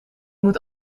moet